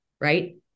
right